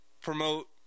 promote